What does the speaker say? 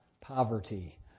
poverty